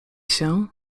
się